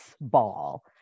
ball